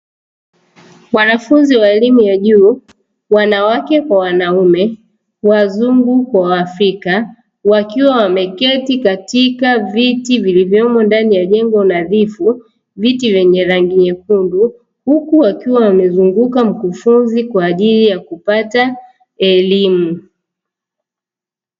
Wanafunzi wa elimu ya juu wanawake kwa wanaume, wazungu kwa waafrika. Wakiwa wameketi katika viti vilivyomo ndani jengo nadhifu, viti vyenye rangi nyekundu ndani ya jengo, huku wakiwa wamemzunguka mkufunzi kwa ajili ya kupata elimu.